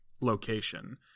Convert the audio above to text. location